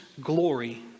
glory